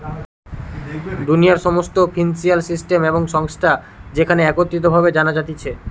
দুনিয়ার সমস্ত financial system এবং সংস্থা যেখানে একত্রিত ভাবে জানা যাতিছে